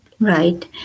Right